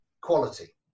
quality